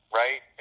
right